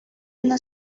una